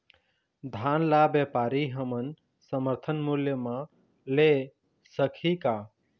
धान ला व्यापारी हमन समर्थन मूल्य म ले सकही का?